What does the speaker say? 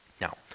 Now